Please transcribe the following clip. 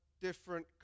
different